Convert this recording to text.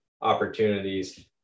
opportunities